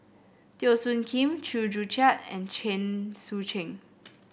Teo Soon Kim Chew Joo Chiat and Chen Sucheng